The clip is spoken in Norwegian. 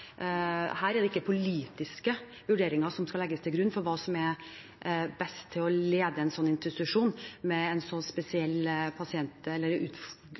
skal legges til grunn for hvem som er best til å lede en institusjon med en så spesiell